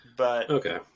Okay